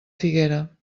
figuera